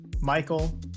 Michael